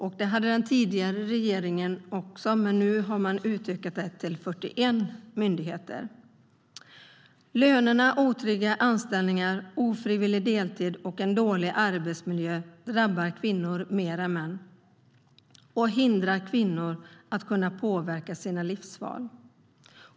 Det hade också den tidigare regeringen, men nu är det utökat till 41 myndigheter. Löner, otrygga anställningar, ofrivillig deltid och dålig arbetsmiljö drabbar kvinnor mer än män och hindrar kvinnor att påverka sina livsval.